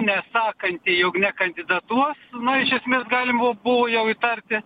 nesakanti jog nekandidatuos na iš esmės galima buvo jau įtarti